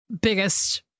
biggest